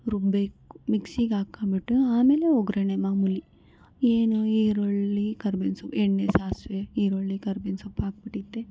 ರುಬ್ಬೇಕು ಮಿಕ್ಸಿಗಾಕ್ಕೊಂಬಿಟ್ಟು ಆಮೇಲೆ ಒಗ್ಗರ್ಣೆ ಮಾಮೂಲಿ ಏನು ಈರುಳ್ಳಿ ಕರ್ಬೇವಿನ ಎಣ್ಣೆ ಸಾಸಿವೆ ಈರುಳ್ಳಿ ಕರ್ಬೇವಿನ ಸೊಪ್ಪು ಹಾಕ್ಬಿಟ್ಟಿದ್ರಿ